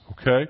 Okay